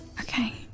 Okay